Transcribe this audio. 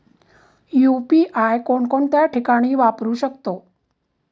UPI कोणकोणत्या ठिकाणी वापरू शकतो?